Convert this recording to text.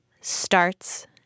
starts